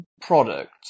product